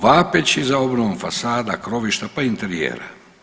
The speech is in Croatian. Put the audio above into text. Vapeći za obnovom fasada, krovišta, pa i interijera.